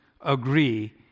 agree